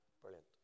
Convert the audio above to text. Brilliant